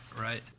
right